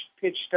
pitched